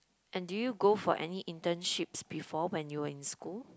and do you go for any internships before when you were in school